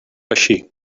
així